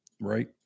right